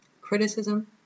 criticism